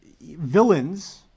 villains